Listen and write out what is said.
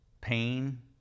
pain